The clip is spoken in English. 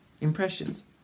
impressions